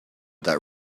that